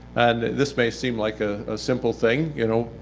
and this may seem like a ah simple thing. you know,